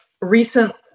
recent